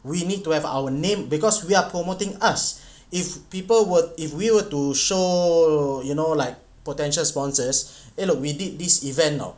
we need to have our name because we are promoting us if people were if we were to show you know like potential sponsors hello we did this event [tau]